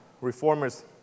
Reformers